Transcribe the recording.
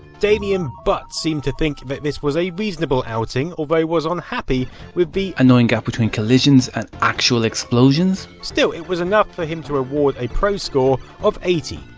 damian butt seemed to think this was a reasonable outing, although was unhappy with the annoying gap between collision and actual explosions. still it was enough for him to award a proscore of eighty,